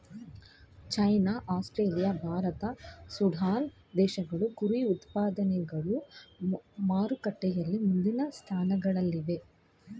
China Australia Bharat Sudan ದೇಶಗಳು ಕುರಿ ಉತ್ಪನ್ನಗಳು ಮಾರುಕಟ್ಟೆಯಲ್ಲಿ ಮುಂದಿನ ಸ್ಥಾನಗಳಲ್ಲಿವೆ